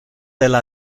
del